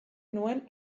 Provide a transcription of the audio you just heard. nuen